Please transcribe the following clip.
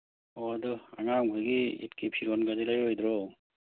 ꯑꯣ ꯑꯗꯨ ꯑꯉꯥꯡꯍꯣꯏꯒꯤ ꯏꯠꯀꯤ ꯐꯤꯔꯣꯟꯀꯗꯤ ꯂꯩꯔꯣꯏꯗ꯭ꯔꯣ